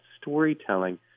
storytelling